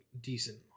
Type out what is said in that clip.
decent